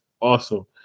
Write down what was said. awesome